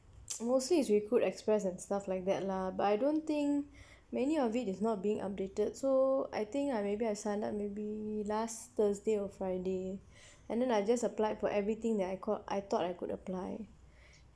mostly is recruit express and stuff like that lah but I don't think many of it is not being updated so I think I maybe I signed up maybe last thursday or friday and then I just applied for everything that I called I thought I could apply